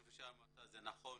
כפי שאמרת, זה נכון